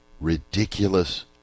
ridiculous